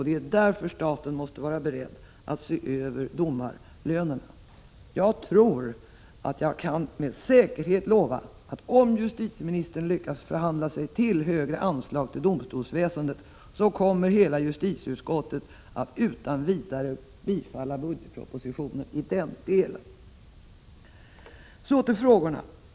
Det är därför staten måste vara beredd att se över domarlönerna. Jag tror att jag med säkerhet kan lova att om justitieministern lyckas förhandla sig till högre anslag till domstolsväsendet, så kommer hela justitieutskottet att utan vidare biträda budgetpropositionen i den delen. Så till frågorna.